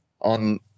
on